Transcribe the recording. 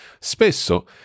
Spesso